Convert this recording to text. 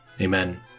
Amen